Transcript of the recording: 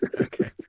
Okay